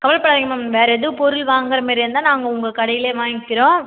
கவலைப்படாதீங்க மேம் வேறு எதுவும் பொருள் வாங்குகிற மாரி இருந்தால் நாங்கள் உங்கள் கடையிலேயே வாங்கிக்கிறோம்